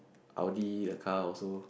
Audi car also